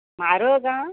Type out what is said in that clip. म्हारोग आं